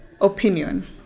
opinion